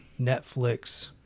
Netflix